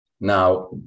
Now